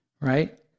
right